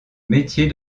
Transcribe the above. métier